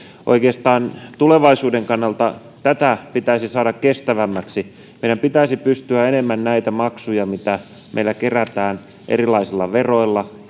oikeastaan tulevaisuuden kannalta tätä pitäisi saada kestävämmäksi meidän pitäisi pystyä enemmän näitä maksuja mitä meillä kerätään erilaisilla veroilla